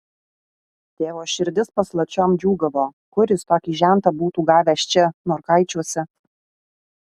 tėvo širdis paslapčiom džiūgavo kur jis tokį žentą būtų gavęs čia norkaičiuose